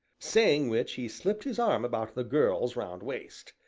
saying which, he slipped his arm about the girl's round waist.